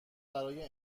برای